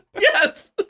Yes